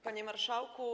Panie Marszałku!